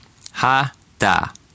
Hada